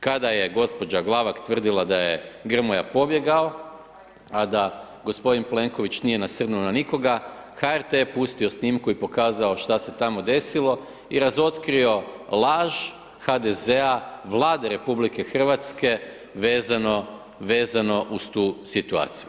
Kada je gđa. Glavak tvrdila da je Grmoja pobjegao, a da g. Plenković nije nasrnuo na nikoga, HRT je pustio snimku i pokazao što se tamo desilo i razotkrio laž HDZ-a, Vlade RH vezano uz tu situaciju.